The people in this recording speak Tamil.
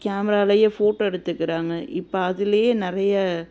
கேமராவிலையே ஃபோட்டோ எடுத்துக்கிறாங்க இப்போ அதுலேயே நிறைய